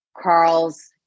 Carl's